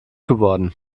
geworden